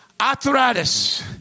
Arthritis